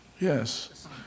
Yes